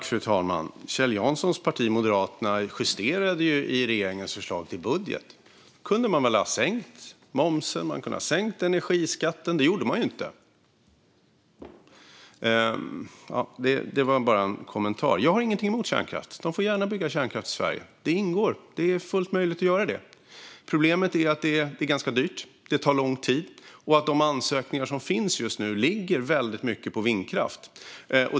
Fru talman! Kjell Janssons parti Moderaterna justerade ju i regeringens förslag till budget. Då kunde man väl ha sänkt momsen och energiskatten, men det gjorde man inte. Detta var bara en kommentar. Jag har ingenting emot kärnkraft. De får gärna bygga kärnkraft i Sverige. Det ingår; det är fullt möjligt att göra detta. Problemet är att det är ganska dyrt och tar lång tid. De ansökningar som finns just nu ligger också väldigt mycket på vindkraft.